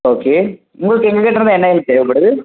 okay உங்களுக்கு எங்கக்கிட்டே இருந்து என்ன ஹெல்ப் தேவைப்படுது